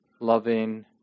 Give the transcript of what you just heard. loving